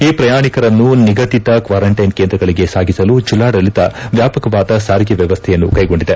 ಈ ಪ್ರಯಾಣಿಕರನ್ನು ನಿಗಧಿತ ಕ್ವಾರಂಟೈನ್ ಕೇಂದ್ರಗಳಿಗೆ ಸಾಗಿಸಲು ಜಿಲ್ಲಾಡಳಿತ ವ್ಯಾಪಕವಾದ ಸಾರಿಗೆ ವ್ಯವಸ್ಥೆಯನ್ನು ಕೈಗೊಂಡಿದೆ